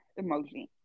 emoji